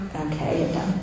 okay